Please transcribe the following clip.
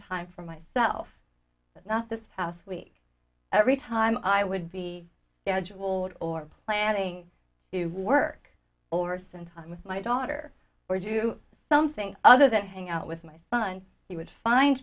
time for myself but not this past week every time i would be eligible or planning to work or some time with my daughter or do something other than hang out with my son he would find